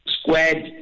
squared